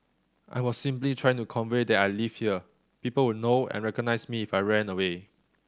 I was simply trying to convey that I lived here people would know and recognise me if I ran away